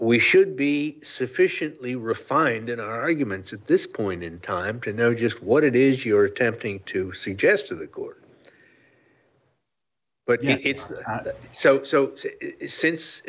we should be sufficiently refined in our arguments at this point in time to know just what it is you're attempting to suggest to the court but you know it's so so since